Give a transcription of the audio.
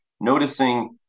noticing